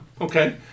okay